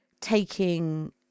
taking